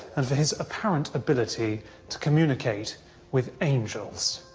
and for his apparent ability to communicate with angels.